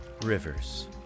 Rivers